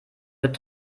mit